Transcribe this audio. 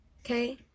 Okay